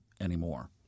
anymore